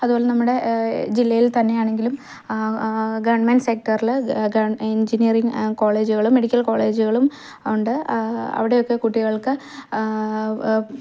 അതുപോലെ നമ്മുടെ ജില്ലയിൽ തന്നെയാണെങ്കിലും ഗവർണ്മെന്റ് സെക്ടറിൽ എൻജിനിയറിങ് കോളേജുകളും മെഡിക്കൽ കോളേജുകളും ഉണ്ട് അവിടെ ഒക്കെ കുട്ടികൾക്ക്